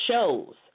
shows